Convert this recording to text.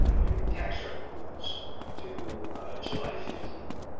i mean tax revenues to july fifteen,